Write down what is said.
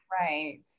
right